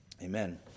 Amen